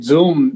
Zoom